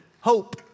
hope